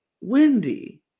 Wendy